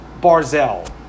Barzell